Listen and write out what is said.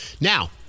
Now